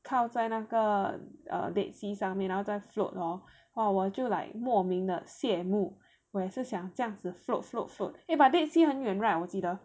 靠在那个 err Dead Sea 上面然后在 float hor !wah! 我就 like 莫名的羡慕我也是想这样子 float float float eh but Dead Sea 很远 right 我记得